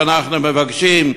שאנחנו מבקשים: